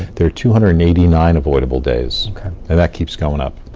there are two hundred and eighty nine avoidable days. and that keeps going up.